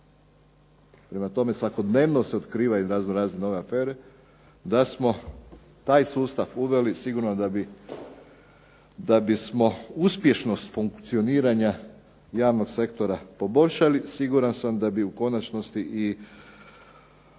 Prema tome, svakodnevno se otkrivaju razno razne nove afere, da smo taj sustav uveli sigurno da bismo uspješnost funkcioniranja javnog sektora poboljšali, siguran sam da bi u konačnosti i